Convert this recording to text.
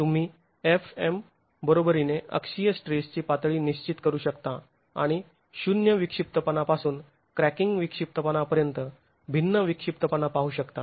तुम्ही f m बरोबरीने अक्षीय स्ट्रेसची पातळी निश्चित करू शकता आणि ० विक्षिप्तपणा पासून क्रॅकिंग विक्षिप्तपणा पर्यंत भिन्न विक्षिप्तपणा पाहू शकता